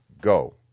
Go